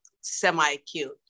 semi-cute